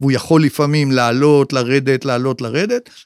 והוא יכול לפעמים לעלות, לרדת, לעלות, לרדת.